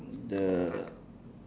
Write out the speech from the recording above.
the